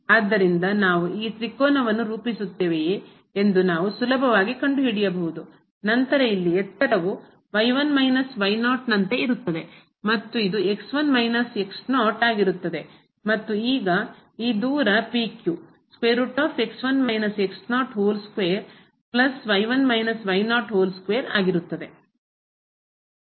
ಆದ್ದರಿಂದ ನಾವು ಈ ತ್ರಿಕೋನವನ್ನು ರೂಪಿಸುತ್ತೇವೆಯೇ ಎಂದು ನಾವು ಸುಲಭವಾಗಿ ಕಂಡುಹಿಡಿಯಬಹುದು ನಂತರ ಇಲ್ಲಿ ಎತ್ತರವು ನಂತೆ ಇರುತ್ತದೆ ಮತ್ತು ಇದು ಮತ್ತು ಈಗ ಈ ದೂರ PQ